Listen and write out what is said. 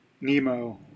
Nemo